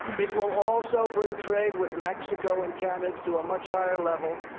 it will also bring trade with mexico and canada to a much higher level,